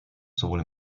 sowohl